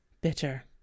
bitter